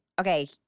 Okay